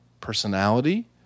personality